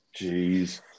Jeez